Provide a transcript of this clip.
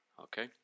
okay